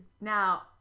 Now